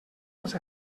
els